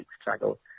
struggle